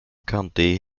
county